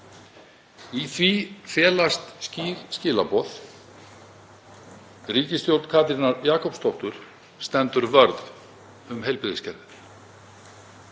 Í því felast skýr skilaboð: Ríkisstjórn Katrínar Jakobsdóttur stendur vörð um heilbrigðiskerfið.